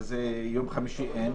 ביום חמישי אין,